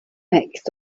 mix